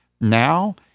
now